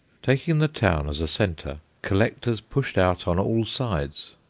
taking the town as a centre collectors pushed out on all sides.